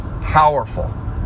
powerful